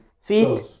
feet